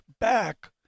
back